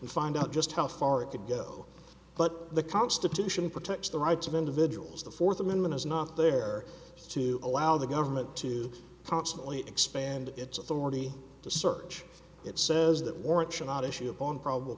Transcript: we find out just how far it could go but the constitution protects the rights of into vigils the fourth amendment is not there to allow the government to constantly expand its authority to search it says that warrant should not issue on probable